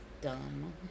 Dumb